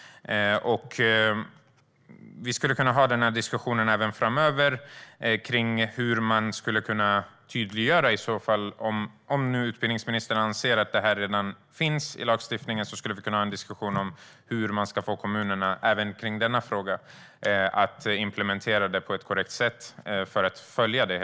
Om utbildningsministern nu anser att det här redan finns i lagstiftningen så skulle vi kunna ha en diskussion om hur man ska få kommunerna att implementera det på ett korrekt sätt för att följa det.